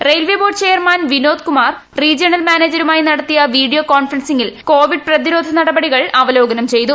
railway board chairman Vinod Kumar regional മാനേജർമാരുമായി നടത്തിയ video കോൺഫറൻസിൽ കോവിഡ് പ്രതിരോധ നടപടികൾ അവലോകനം ചെയ്തു